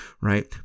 right